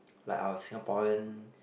like our Singaporean